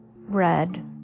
red